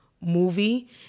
movie